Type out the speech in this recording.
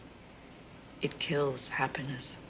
it kills happiness.